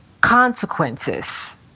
consequences